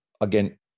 again